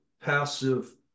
passive